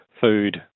food